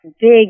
big